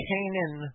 Canaan